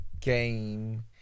game